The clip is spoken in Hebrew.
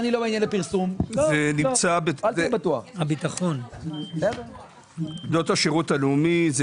זו תקנה בה יש עמותות שמעסיקות את בנות השירות הלאומי,